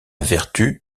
vertu